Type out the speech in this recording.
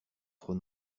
trop